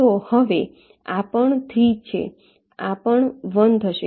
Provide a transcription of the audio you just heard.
તો હવે આ પણ 3 થશે આ પણ 1 થશે